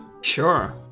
Sure